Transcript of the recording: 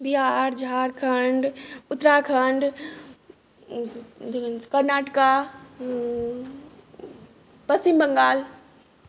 बिहार झारखण्ड उत्तराखण्ड कर्नाटक पच्छिम बङ्गाल